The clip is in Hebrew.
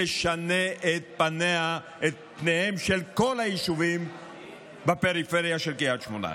תשנה את פניהם של כל היישובים בפריפריה של קריית שמונה.